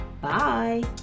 Bye